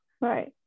right